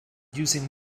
using